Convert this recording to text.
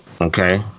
Okay